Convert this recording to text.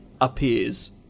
appears